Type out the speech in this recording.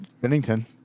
Bennington